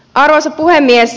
arvoisa puhemies